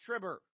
tribber